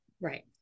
Right